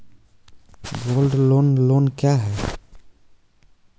Gold loan loan क्या हैं?